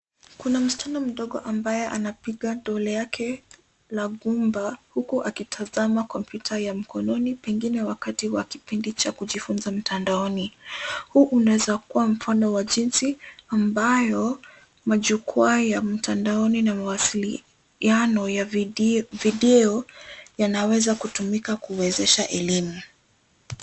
Kuna msichana mdogo ambaye anapiga dole lake Lagumba huku akitazama kompyuta ya mkononi, pengine wakati wa kujifunza mtandaoni. Hii inaweza kuwa mfano wa jinsi ambavyo majukwaa ya mtandaoni na mawasiliano ya video yanaweza kutumika kuwezesha elimu.